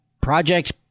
project